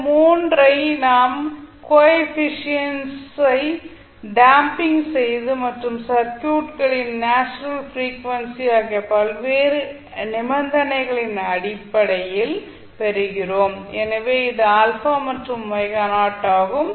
இந்த 3 ஐ நாம் கோ எஃபிசியன்ட்ஸ் ஐ damping damping செய்து மற்றும் சர்க்யூட்களின் நேச்சுரல் பிரீஃவென்சி ஆகிய பல்வேறு நிபந்தனைகளின் அடிப்படையில் பெறுகிறோம் எனவே இது α மற்றும் ஆகும்